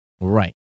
Right